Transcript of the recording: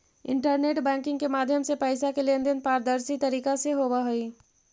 internet banking के माध्यम से पैइसा के लेन देन पारदर्शी तरीका से होवऽ हइ